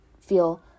feel